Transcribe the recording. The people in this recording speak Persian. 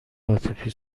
عاطفی